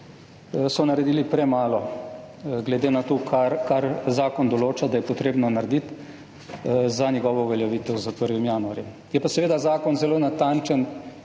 naredili premalo glede na to, kar zakon določa, da je potrebno narediti za njegovo uveljavitev s 1. januarjem. Je pa seveda Zakon zelo natančen,